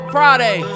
Friday